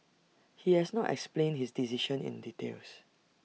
he has not explained his decision in details